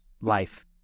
life